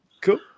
Cool